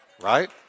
Right